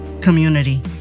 community